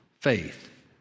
faith